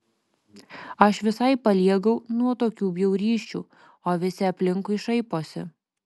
aš visai paliegau nuo tokių bjaurysčių o visi aplinkui šaiposi